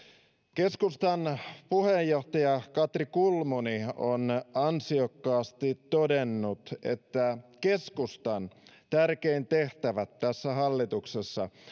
keskustan puheenjohtaja katri kulmuni on ansiokkaasti todennut että keskustan tärkein tehtävä tässä hallituksessa